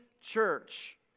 church